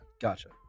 Gotcha